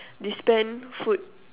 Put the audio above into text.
dispense food